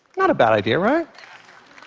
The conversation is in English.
not a bad idea, right?